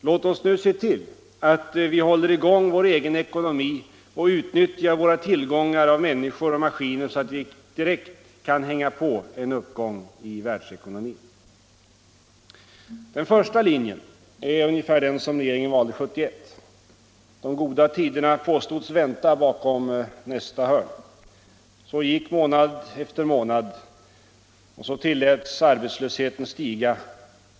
Låt oss nu se till att vi håller i gång vår egen ekonomi och utnyttjar våra tillgångar av människor och maskiner så att vi direkt kan hänga på en uppgång i världsekonomin. Den första linjen är ungefär den som regeringen valde 1971. De goda tiderna påstods vänta bakom nästa hörn. Så gick månad efter månad. Så tilläts arbetslösheten stiga.